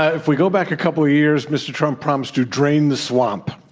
if we go back a couple years, mr. trump promised to drain the swamp.